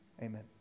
Amen